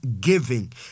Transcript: giving